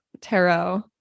tarot